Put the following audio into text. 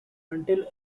until